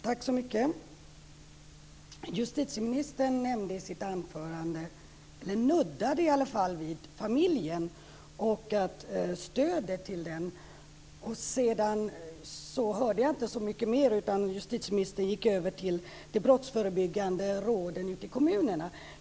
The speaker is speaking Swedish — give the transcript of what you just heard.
Herr talman! Justitieministern nuddade vid familjen och stödet till den i sitt anförande. Sedan hörde jag inte så mycket mer, utan justitieministern gick över till de brottsförebyggande råden ute i kommunerna.